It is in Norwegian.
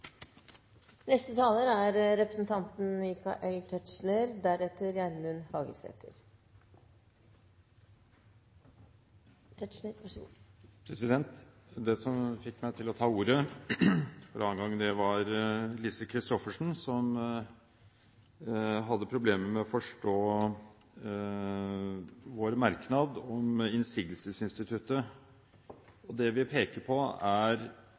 å ta ordet for annen gang, var Lise Christoffersen, som hadde problemer med å forstå vår merknad om innsigelsesinstituttet. Det vi peker på, er